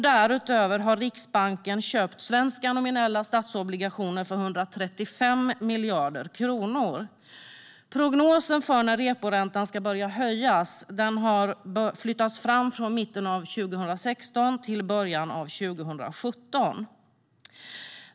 Därutöver har Riksbanken köpt svenska nominella statsobligationer för 135 miljarder kronor. Prognosen för när reporäntan ska börja höjas har flyttats fram från mitten av 2016 till början av 2017.